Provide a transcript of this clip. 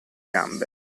gambe